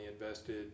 invested